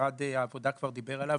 משרד העבודה כבר דיבר עליו.